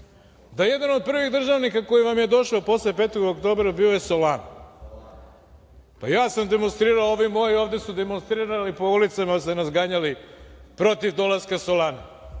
da jedan od prvih državnika koji vam je došao posle 5. oktobra bio je Solana. Pa, ja sam demonstrirao, ovi moji ovde su demonstrirali po ulicama ste nas ganjali protiv dolaska Solane.